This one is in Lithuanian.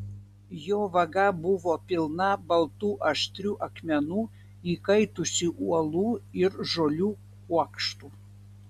jo vaga buvo pilna baltų aštrių akmenų įkaitusių uolų ir žolių kuokštų